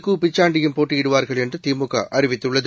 த பிச்சாண்டியும்போட்டியிடுவார்கள் என்றுதிமுகஅறிவித்துள்ளது